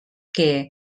que